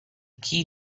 key